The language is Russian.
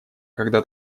когда